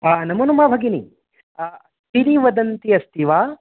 हा नमो नमः भगिनि सिरि वदन्ती अस्ति वा